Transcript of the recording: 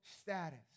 status